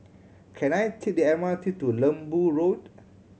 can I take the M R T to Lembu Road